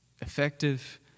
effective